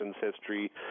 history